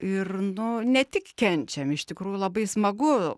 ir nu ne tik kenčiam iš tikrųjų labai smagu